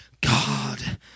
God